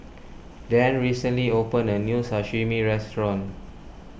Dann recently opened a new Sashimi restaurant